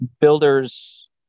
builders